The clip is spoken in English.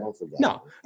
No